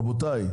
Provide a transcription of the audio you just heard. רבותיי,